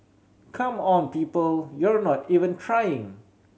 come on people you're not even trying